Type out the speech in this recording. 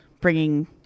bringing